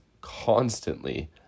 constantly